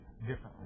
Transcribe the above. differently